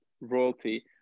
royalty